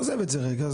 עוזב את זה רגע.